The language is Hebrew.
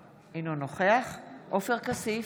אינו נוכח יום טוב חי כלפון, אינו נוכח עופר כסיף,